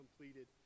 completed